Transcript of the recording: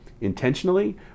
intentionally